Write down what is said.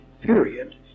period